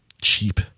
cheap